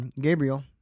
Gabriel